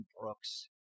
Brooks